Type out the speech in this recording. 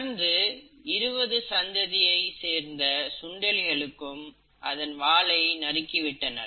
தொடர்ந்து இந்த 20 சந்ததியை சேர்ந்த சுண்டலிகளுக்கும் அதன் வாலை நறுக்கி விட்டனர்